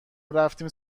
رفتیم